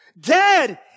Dead